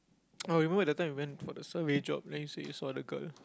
oh remember that time we went for the survey job and you said you saw the girl